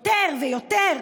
יותר ויותר,